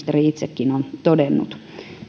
kuten ministeri itsekin on todennut